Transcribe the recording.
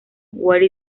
where